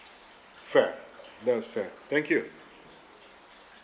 fair that was fair thank you